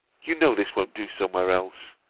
you know this won't do somewhere else.